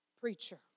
preacher